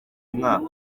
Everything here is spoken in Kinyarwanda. mwaka